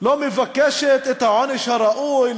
לא מבקשת את העונש הראוי,